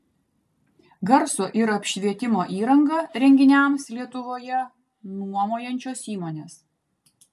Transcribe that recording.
garso ir apšvietimo įrangą renginiams lietuvoje nuomojančios įmonės